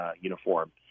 uniform